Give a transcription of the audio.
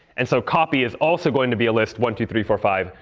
and so, copy is also going to be a list, one, two, three, four, five.